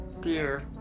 dear